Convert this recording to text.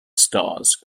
stars